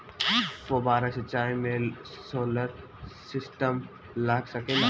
फौबारा सिचाई मै सोलर सिस्टम लाग सकेला?